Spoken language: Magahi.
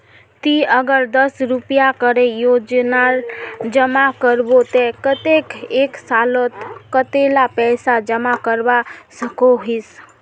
ती अगर दस रुपया करे रोजाना जमा करबो ते कतेक एक सालोत कतेला पैसा जमा करवा सकोहिस?